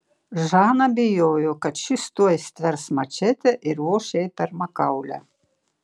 žana bijojo kad šis tuoj stvers mačetę ir voš jai per makaulę